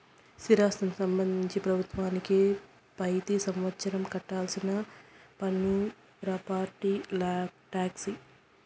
స్థిరాస్తికి సంబంధించి ప్రభుత్వానికి పెతి సంవత్సరం కట్టాల్సిన పన్ను ప్రాపర్టీ టాక్స్